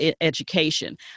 education